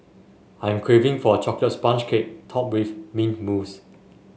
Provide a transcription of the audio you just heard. I am craving for a chocolate sponge cake topped with mint mousse